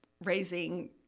raising